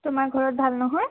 তোমাৰ ঘৰত ভাল নহয়